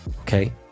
okay